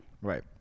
right